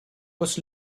was